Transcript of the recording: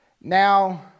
Now